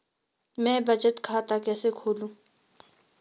मैं बचत खाता कैसे खोलूँ?